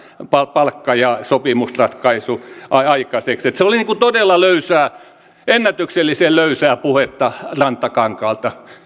palkka ja sopimusratkaisu aikaiseksi se oli todella löysää ennätyksellisen löysää puhetta rantakankaalta